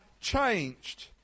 changed